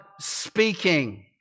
speaking